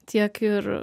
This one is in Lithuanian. tiek ir